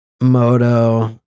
moto